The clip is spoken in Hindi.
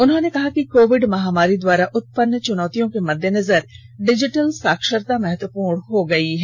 उन्होंने कहा कि कोविड महामारी द्वारा उत्पन्न चुनौतियों के मद्देनजर डिजिटल साक्षरता महत्वपूर्ण हो गई है